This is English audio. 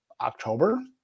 October